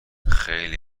خیلی